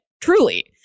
truly